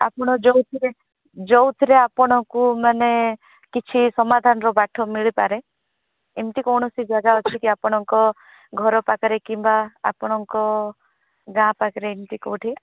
ଆପଣ ଯୋଉଥିରେ ଯୋଉଥିରେ ଆପଣଙ୍କୁ ମାନେ କିଛି ସମାଧାନର ବାଟ ମିଳିପାରେ ଏମତି କୌଣସି ଜାଗା ଅଛି କି ଆପଣଙ୍କ ଘର ପାଖରେ କିମ୍ବା ଆପଣଙ୍କ ଗାଁ ପାଖରେ ଏମତି କୋଉଠି